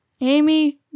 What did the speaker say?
Amy